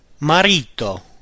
Marito